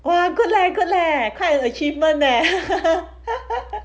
!wah! good leh good leh quite a achievement eh